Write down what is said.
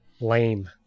lame